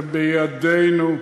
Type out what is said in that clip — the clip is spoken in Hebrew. זה בידינו,